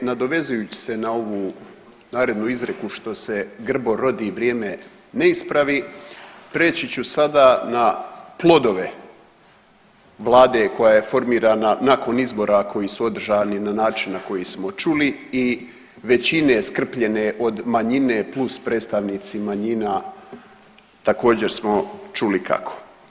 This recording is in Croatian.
Nadovezujuć se na ovu narodnu izreku „Što se grbo rodi vrijeme ne ispravi“, prijeći ću sada na plodove vlade koja je formirana nakon izbora koji su održani na način na koji smo čuli i većine skrpljene od manjine plus predstavnici manjina također smo čuli kako.